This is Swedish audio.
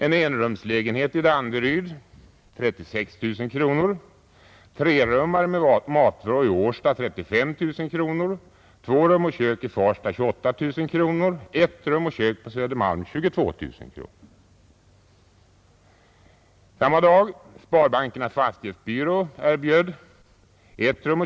Enrumslägenhet i Danderyd: 36 000 kronor, trerummare med matvrå i Årsta: 35 000 kronor, två rum och kök i Farsta: 28 000 kronor, ett rum och kök på Södermalm: 22 000 kronor.